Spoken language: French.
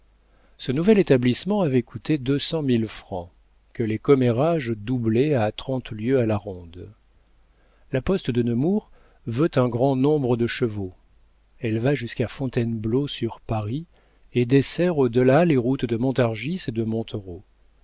ce nouvel établissement avait coûté deux cent mille francs que les commérages doublaient à trente lieues à la ronde la poste de nemours veut un grand nombre de chevaux elle va jusqu'à fontainebleau sur paris et dessert au delà les routes de montargis et de